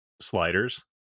sliders